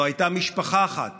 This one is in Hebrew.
לא הייתה משפחה אחת